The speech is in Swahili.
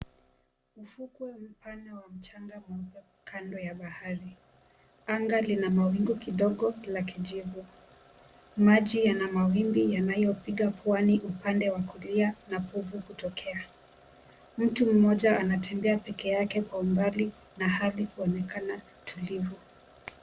Ufukwe mpana wa mchanga mweupe kando ya bahari. Anga lina mawingu kidogo la kijivu. Maji yana mawimbi yanayopiga Pwani upande wa kulia na povu kutokea. Mtu mmoja anatembea peke yake kwa umbali na hali kuonekana tulivu.